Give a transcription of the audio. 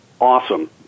awesome